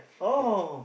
oh